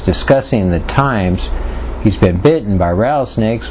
discussing the times he's been bitten by rattlesnakes